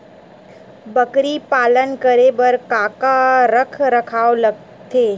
बकरी पालन करे बर काका रख रखाव लगथे?